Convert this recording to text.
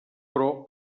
però